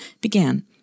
began